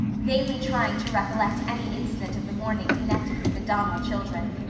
vainly trying to recollect any incident of the morning connected with the donnell children.